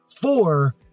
four